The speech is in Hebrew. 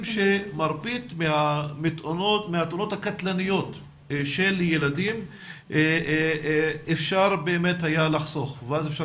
שמרבית מהתאונות הקטלניות של ילדים אפשר באמת היה לחסוך ואז אפשר